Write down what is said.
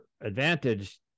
advantage